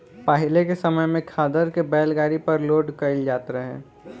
पाहिले के समय में खादर के बैलगाड़ी पर लोड कईल जात रहे